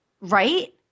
Right